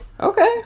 Okay